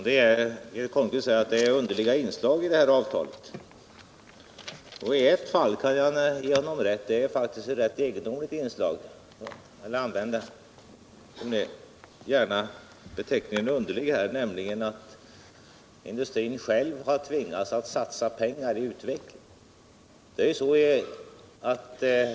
Herr talman! Det är underliga inslag i detta avtal, säger Eric Holmqvist. I ett fall kan jag ge honom rätt, nämligen att industrin själv har tvingats satsa pengar på utveckling.